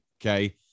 Okay